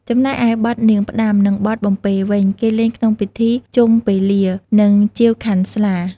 ចំណែកឯបទនាងផ្ដាំ និងបទបំពេរវិញ គេលេងក្នុងពិធីជុំពេលា និងជាវខាន់ស្លា។